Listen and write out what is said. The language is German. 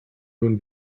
nun